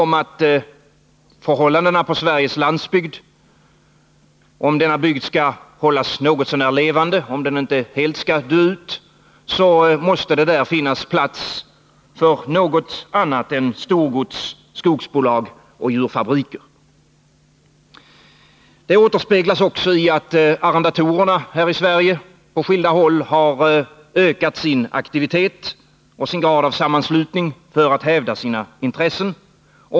Om Sveriges landsbygd skall kunna hållas något så när levande och inte helt dö ut, tror jag att alla numera håller med om att det där måste finnas plats för något annat än storgods, skogsbolag och djurfabriker. Det återspeglas också i att arrendatorerna här i Sverige på skilda håll har ökat sin aktivitet och graden av sammanslutning för att hävda sina intressen.